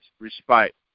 respite